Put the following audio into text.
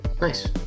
nice